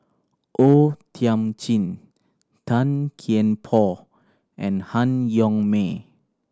O Thiam Chin Tan Kian Por and Han Yong May